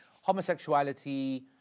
homosexuality